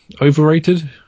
overrated